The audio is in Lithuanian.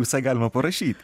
visai galima parašyt